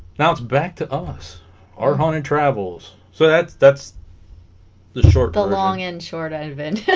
now it's back to us our haunted travels so that's that's the short but long and short event